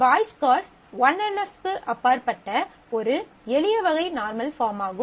boys Codd 1NF க்கு அப்பாற்பட்ட ஒரு எளிய வகை நார்மல் பார்மாகும்